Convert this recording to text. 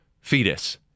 fetus